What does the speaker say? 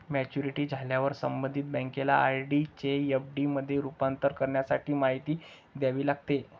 maturity झाल्यावर संबंधित बँकेला आर.डी चे एफ.डी मध्ये रूपांतर करण्यासाठी माहिती द्यावी लागते